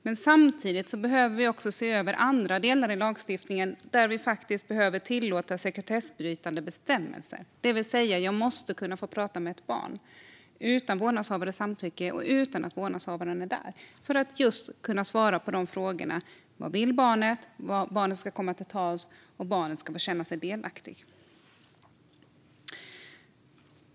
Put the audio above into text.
Men samtidigt behöver vi se över andra delar i lagstiftningen där vi behöver tillåta sekretessbrytande bestämmelser. Man måste kunna få prata med ett barn utan en vårdnadshavares samtycke och utan att vårdnadshavaren är där, just för att kunna få svar på vad barnet vill. Barnet ska kunna komma till tals, och barnet ska få känna sig delaktigt.